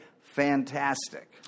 fantastic